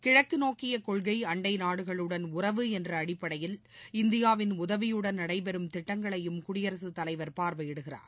கிழக்கு நோக்கிய கொள்கை அண்டை நாடுகளுடன் உறவு என்ற அடிப்டையில் இந்தியாவின் உதவியுடன் நடைபெறும் திட்டங்களையும் குடியரசு தலைவர் பார்வையிடுவார்